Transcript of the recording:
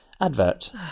advert